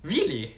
really